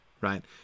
Right